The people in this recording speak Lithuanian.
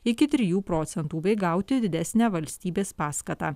iki trijų procentų bei gauti didesnę valstybės paskatą